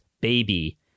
baby